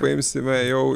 paimsime jau